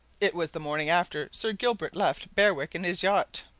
it was the morning after sir gilbert left berwick in his yacht.